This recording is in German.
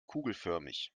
kugelförmig